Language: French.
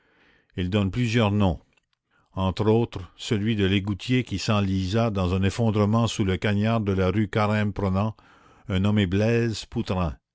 ils donnent plusieurs noms entre autres celui de l'égoutier qui s'enlisa dans un effondrement sous le cagnard de la rue carême prenant un nommé blaise poutrain